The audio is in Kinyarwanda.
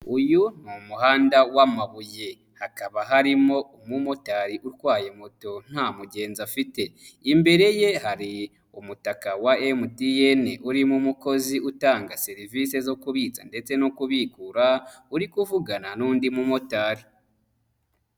Uyu ni umuhanda w'amabuye. Hakaba harimo umumotari utwaye moto nta mugenzi afite. Imbere ye hari umutaka wa Emutiyeni urimo umukozi utanga serivisi zo kubitsa ndetse no kubikura, uri kuvugana n'undi mu motari.